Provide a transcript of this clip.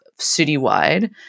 citywide